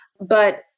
But-